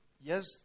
yes